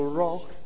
rock